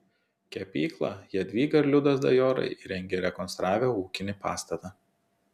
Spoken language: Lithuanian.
kepyklą jadvyga ir liudas dajorai įrengė rekonstravę ūkinį pastatą